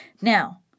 Now